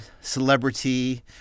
celebrity